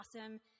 awesome